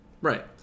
right